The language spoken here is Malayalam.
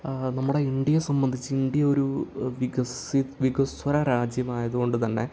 നമ്മുടെ ഇന്ത്യയെ സംബന്ധിച്ച് ഇന്ത്യ ഒരു വികസിത വികസ്വര രാജ്യമായതുകൊണ്ടു തന്നെ